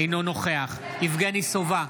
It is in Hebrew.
אינו נוכח יבגני סובה,